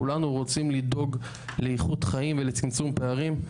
כולנו רוצים לדאוג לאיכות חיים ולצמצום פערים,